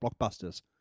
blockbusters